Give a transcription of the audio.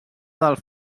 dels